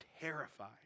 terrified